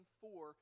four